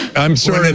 i'm sort of and